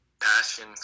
passion